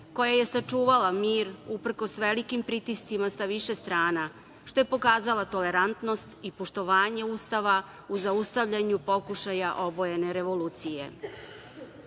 koja je sačuvala mir, uprkos velikim pritiscima sa više strana, što je pokazala tolerantnost i poštovanje Ustava u zaustavljanju pokušaja obojene revolucije.